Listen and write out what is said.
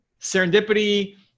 serendipity